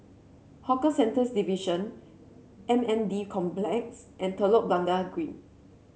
Hawker Centres Division M N D Complex and Telok Blangah Green